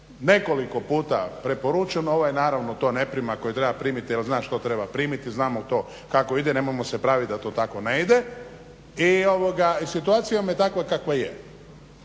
nekoliko puta preporučeno, ovaj naravno to ne prima koji treba primiti jer zna što treba primiti, znamo to kako ide, nemojmo se pravit da to tako ne ide i situacija vam je takva kakva je